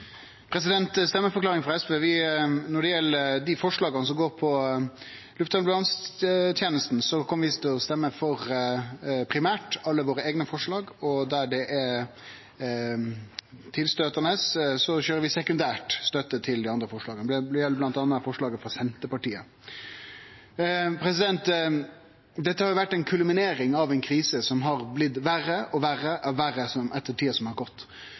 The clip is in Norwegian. stemmeforklaring frå SV: Når det gjeld dei forslaga som går på luftambulansetenesta, kjem vi primært til å stemme for alle våre eigne forslag, og der det er tilstøytande forslag, køyrer vi sekundær støtte til dei andre forslaga. Det gjeld bl.a. forslaget frå Senterpartiet. Dette har vore ei kulminering av ei krise som har blitt verre og verre ettersom tida har gått. Berre i dag har